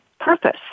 purpose